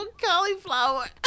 cauliflower